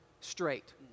straight